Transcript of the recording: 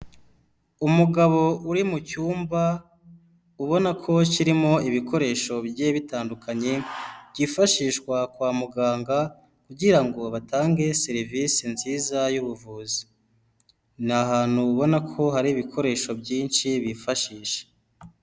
Umugabo uri mu cyumba ubona ko kirimo ibikoresho bigiye bitandukanye byifashishwa kwa muganga kugira batange serivisi nziza y'ubuvuzi, ni ahantu ubona ko hari ibikoresho byinshi bifashisha.